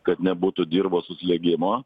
kad nebūtų dirvos suslėgimo